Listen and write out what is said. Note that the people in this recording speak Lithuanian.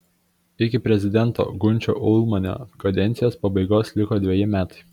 iki prezidento gunčio ulmanio kadencijos pabaigos liko dveji metai